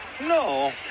No